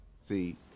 See